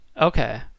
Okay